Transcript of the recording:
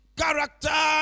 character